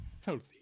healthy